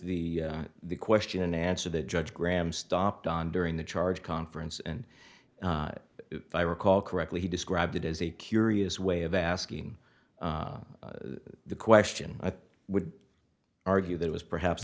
the the question answer that judge graham stopped on during the charge conference and i recall correctly he described it as a curious way of asking the question i would argue that was perhaps a